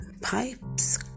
pipes